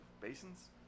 basins